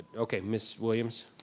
okay. ms. williams?